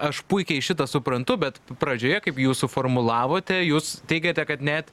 aš puikiai šitą suprantu bet pradžioje kaip jūs suformulavote jūs teigiate kad net